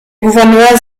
gouverneur